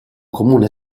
comune